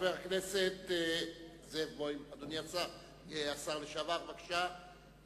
חבר הכנסת זאב בוים, אדוני השר לשעבר, בבקשה.